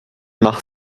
nach